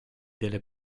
delle